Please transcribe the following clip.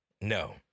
No